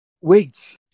Wait